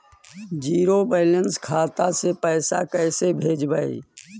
Zero balance खाता से पैसा कैसे भेजबइ?